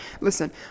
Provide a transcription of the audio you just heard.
Listen